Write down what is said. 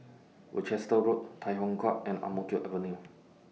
Worcester Road Tai Hwan Drive and Ang Mo Kio Avenue